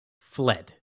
fled